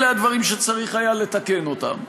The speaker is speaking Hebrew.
אלה הדברים שצריך היה לתקן אותם.